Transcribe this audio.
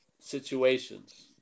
situations